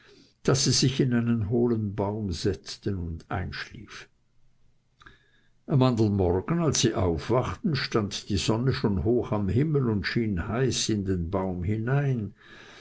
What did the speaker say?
daß sie sich in einen hohlen baum setzten und einschliefen am andern morgen als sie aufwachten stand die sonne schon hoch am himmel und schien heiß in den baum hinein